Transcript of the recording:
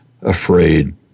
afraid